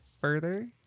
further